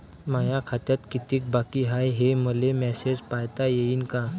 माया खात्यात कितीक बाकी हाय, हे मले मेसेजन पायता येईन का?